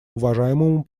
уважаемому